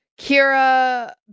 Kira